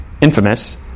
infamous